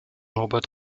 robert